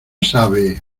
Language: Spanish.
sabe